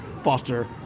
Foster